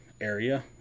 area